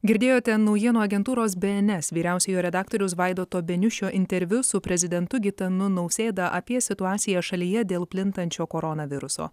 girdėjote naujienų agentūros bns vyriausiojo redaktoriaus vaidoto beniušio interviu su prezidentu gitanu nausėda apie situaciją šalyje dėl plintančio koronaviruso